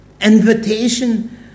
invitation